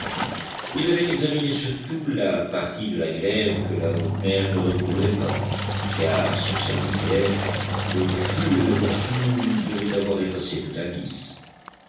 il avait examiné surtout la partie de la grève que la haute mer ne recouvrait pas car sur sa lisière le flux et le reflux devaient avoir effacé tout indice